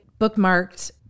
bookmarked